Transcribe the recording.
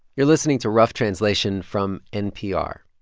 you're listening to rough translation from npr.